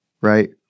right